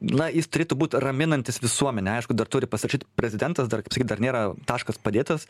na jis turėtų būt raminantis visuomenę aišku dar turi pasirašyt prezidentas dar kaip sakyt dar nėra taškas padėtas